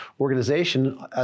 organization